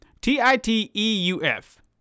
T-I-T-E-U-F